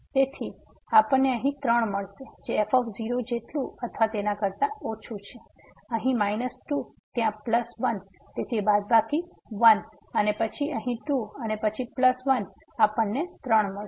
તેથી આપણણે અહીં 3 મળશે જે f જેટલું અથવા તેના કરતાં ઓછું છે અહીં માઇનસ 2 ત્યાં પ્લસ 1 તેથી બાદબાકી 1 અને પછી અહીં 2 અને પછી પ્લસ 1 આપણને 3 મળશે